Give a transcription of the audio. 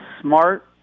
Smart